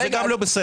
זה גם לא בסדר.